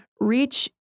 reach